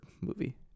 movie